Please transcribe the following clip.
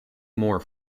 more